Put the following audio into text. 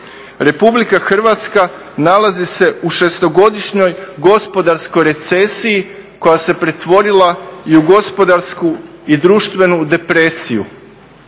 se u krizi, RH nalazi se u šestogodišnjoj gospodarskoj recesiji koja se pretvorila i u gospodarsku i društvenu depresiju.